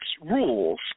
rules